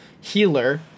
healer